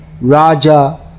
Raja